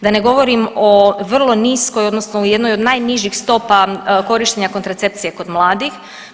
Da ne govorim o vrlo niskoj odnosno u jednoj od najnižih stopa korištenja kontracepcije kod mladih.